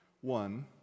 one